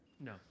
No